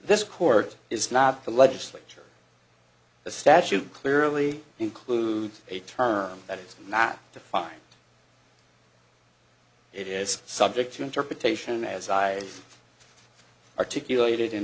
this court is not the legislature the statute clearly includes a term that is not defined it is subject to interpretation as eyes articulated in